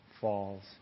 falls